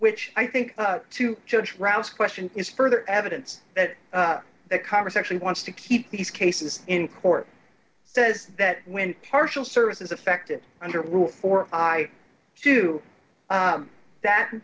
which i think to judge rouse question is further evidence that the congress actually wants to keep these cases in court says that when partial service is affected under rule for i to that